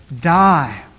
die